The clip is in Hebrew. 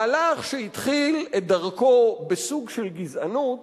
מהלך שהתחיל את דרכו בסוג של גזענות